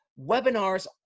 webinars